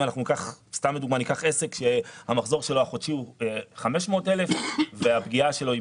אם ניקח לדוגמה עסק שהמחזור החודשי שלו הוא 500 אלף והפגיעה שלו היא